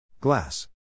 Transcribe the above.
Glass